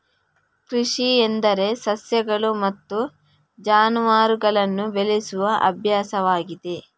ಕೃಷಿ ಎಂದರೆ ಸಸ್ಯಗಳು ಮತ್ತು ಜಾನುವಾರುಗಳನ್ನು ಬೆಳೆಸುವ ಅಭ್ಯಾಸವಾಗಿದೆ